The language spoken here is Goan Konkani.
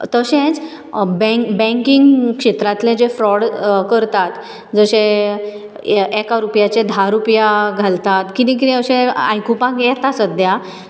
तशेंच बँक बॅकींग शेत्रांतले जे फ्रोड करतात जशें एका रुपयाचे धा रुपया घालतात कितें कितें अशें आयकुपाक येता सद्या